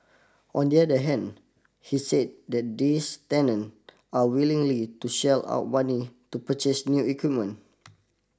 on the other hand he said that this tenant are unwillingly to shell out money to purchase new equipment